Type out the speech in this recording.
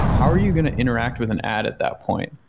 how're you can interact with an add at that point?